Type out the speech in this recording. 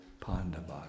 Pandavas